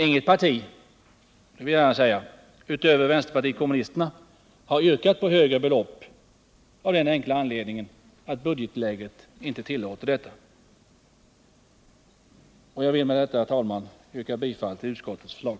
Inget parti, det vill jag gärna säga, utöver vpk har yrkat på högre belopp, av den enkla anledningen att budgetläget inte tillåter detta. Jag vill med detta, herr talman, yrka bifall till regeringens förslag.